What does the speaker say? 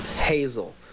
Hazel